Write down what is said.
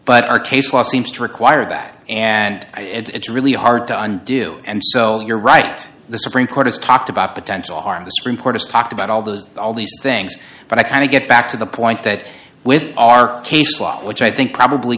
law seems to require that and it's really hard to undo and so you're right the supreme court has talked about potential harm the supreme court has talked about all those all these things but i kind of get back to the point that with our case law which i think probably